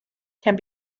can